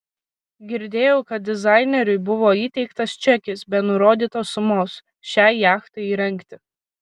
girdėjau kad dizaineriui buvo įteiktas čekis be nurodytos sumos šiai jachtai įrengti